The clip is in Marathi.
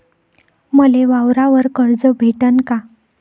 मले वावरावर कर्ज भेटन का?